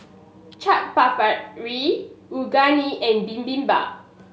Chaat Papri Unagi and Bibimbap